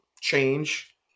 change